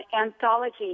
anthology